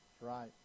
right